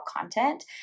content